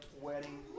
wedding